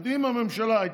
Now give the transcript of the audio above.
זאת אומרת, אם הממשלה הייתה